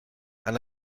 and